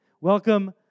Welcome